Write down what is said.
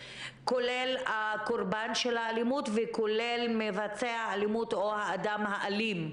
כולל הקורבן של האלימות וכולל מבצע האלימות או האדם האלים.